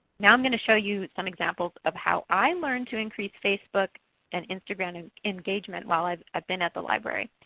now i'm going to show you some examples of how i learned to increase facebook and instagram and engagement while i've i've been at the library.